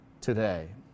today